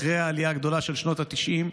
אחרי העלייה הגדולה של שנות התשעים,